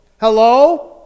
hello